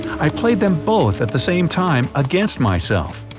i played them both at the same time, against myself.